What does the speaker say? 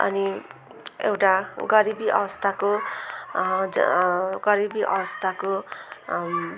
अनि एउटा गरिबी अवस्थाको ज गरिबी अवस्थाको